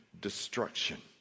destruction